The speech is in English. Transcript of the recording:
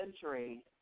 century